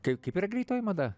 kai kaip yra greitoji mada